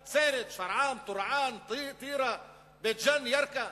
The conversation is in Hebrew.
נצרת, שפרעם, טורעאן, טירה, בית-ג'ן, ירכא,